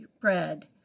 bread